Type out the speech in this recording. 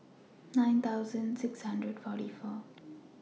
nine thousand six hundred forty four